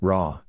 Raw